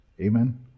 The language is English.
Amen